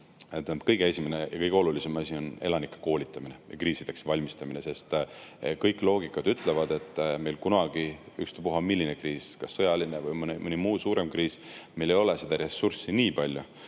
esimene ja kõige olulisem asi on elanike koolitamine ja [nende] kriisideks valmistamine, sest loogika ütleb, ükstapuha milline kriis, kas sõjaline või mõni muu suurem kriis, meil ei ole seda ressurssi nii palju,